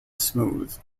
smooth